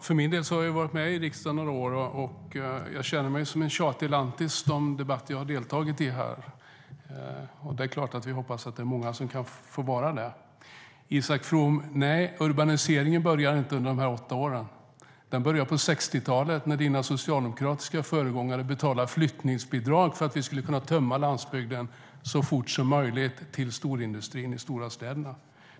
Herr talman! Jag har varit med i riksdagen några år, och jag känner mig som en tjatig lantis i de debatter jag har deltagit i. Det är klart att vi hoppas att många kan få vara det. Urbaniseringen började inte under de åtta åren, Isak From. Den började på 60-talet när dina socialdemokratiska föregångare betalade flyttningsbidrag för att ni skulle kunna tömma landsbygden så fort som möjligt till storindustrin i de stora städerna.